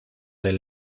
del